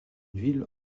ville